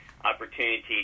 Opportunity